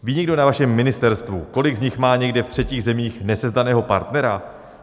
Ví někdo na vašem ministerstvu, kolik z nich má někde ve třetích zemích nesezdaného partnera?